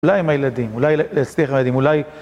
אולי הם הילדים, אולי... סליחה, הילדים, אולי...